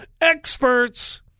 experts